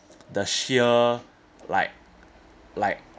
the sheer like like